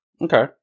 Okay